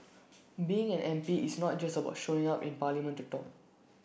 being an M P is not just about showing up in parliament to talk